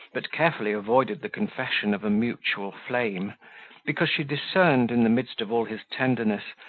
but carefully avoided the confession of a mutual flame because she discerned, in the midst of all his tenderness,